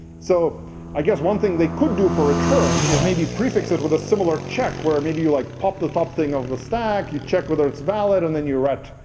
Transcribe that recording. so i guess one thing they could do for return is maybe prefix it with a similar check, where maybe like pop the top thing of the stack. you check whether it's valid, and then you write,